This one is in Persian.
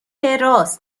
راست